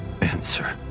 answer